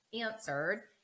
answered